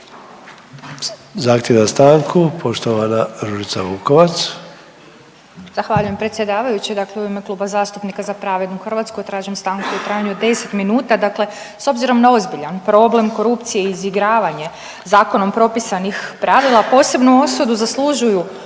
Ružica Vukovac. **Vukovac, Ružica (Nezavisni)** Zahvaljujem predsjedavajući. Dakle, u ime Kluba zastupnika Za pravednu Hrvatsku tražim stanku u trajanju od 10 minuta. Dakle, s obzirom na ozbiljan problem korupcije i izigravanje zakonom propisanih pravila, posebnu osudu zaslužuju